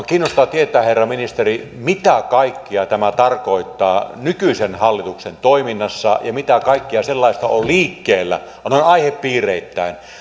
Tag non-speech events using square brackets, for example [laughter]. [unintelligible] kiinnostaa tietää herra ministeri mitä kaikkea tämä tarkoittaa nykyisen hallituksen toiminnassa ja mitä kaikkea sellaista on liikkeellä sanotaanko aihepiireittäin